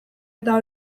eta